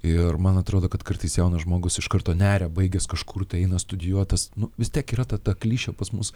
ir man atrodo kad kartais jaunas žmogus iš karto neria baigęs kažkur tai eina studijuotas nu vis tiek yra ta ta klišė pas mus